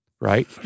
Right